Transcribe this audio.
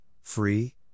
free